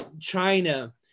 China